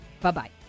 Bye-bye